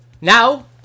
Now